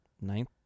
ninth